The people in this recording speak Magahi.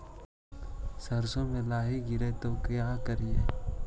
सरसो मे लाहि गिरे तो का करि?